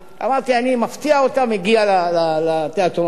אמרתי שאני אפתיע אותה, אגיע לתיאטרון שם.